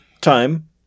time